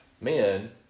men